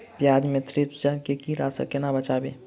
प्याज मे थ्रिप्स जड़ केँ कीड़ा सँ केना बचेबै?